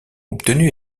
obtenu